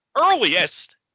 earliest